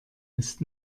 ist